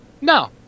No